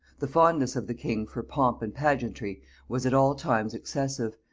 the fondness of the king for pomp and pageantry was at all times excessive,